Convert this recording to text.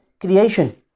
creation